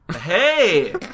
Hey